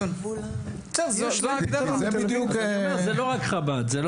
אז זה לא רק חב"ד.